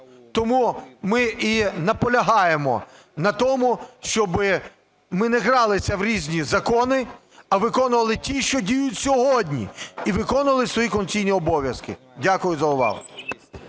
Тому ми і наполягаємо на тому, щоб ми не гралися в різні закони, а виконували ті, що діють сьогодні, і виконували свої конституційні обов'язки. Дякую за увагу.